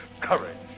Courage